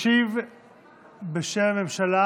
ישיב בשם הממשלה